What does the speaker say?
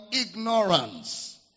ignorance